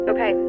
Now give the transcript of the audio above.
Okay